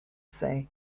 say